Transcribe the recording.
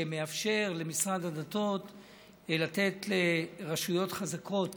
שמאפשר למשרד הדתות לתת לרשויות חזקות